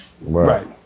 Right